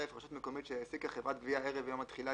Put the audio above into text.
6. (א) "רשות מקומית שהעסיקה חברת גבייה ערב יום התחילה